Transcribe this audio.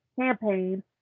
campaign